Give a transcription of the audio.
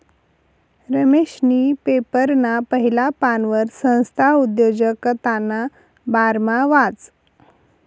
रमेशनी पेपरना पहिला पानवर संस्था उद्योजकताना बारामा वाचं